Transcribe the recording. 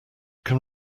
can